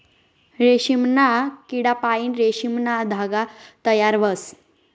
रेशीमना किडापाईन रेशीमना धागा तयार व्हस